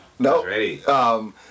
No